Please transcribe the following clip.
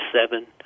seven